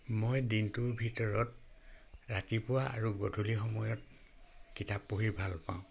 মই দিনটোৰ ভিতৰত ৰাতিপুৱা আৰু গধূলি সময়ত কিতাপ পঢ়ি ভালপাওঁ